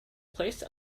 placed